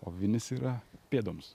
o vinys yra pėdoms